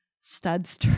studs